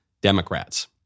Democrats